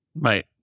Right